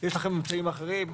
יש לכם ממצאים אחרים.